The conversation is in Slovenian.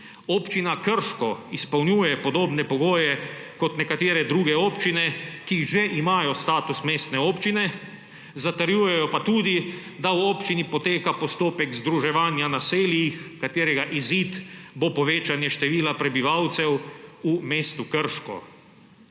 Občina Krško izpolnjuje podobne pogoje kot nekatere druge občine, ki že imajo status občine, zatrjujejo pa tudi, da v občini poteka postopek združevanja naselij, katerega izid bo povečanje števila prebivalcev v mestu Krško.